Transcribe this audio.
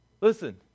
Listen